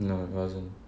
no it wasn't